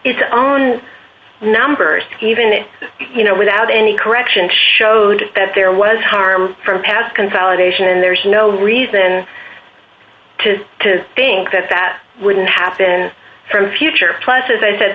its own numbers even if you know without any correction showed that there was harm for past consolidation and there's no reason to think that that wouldn't happen for the future plus as i said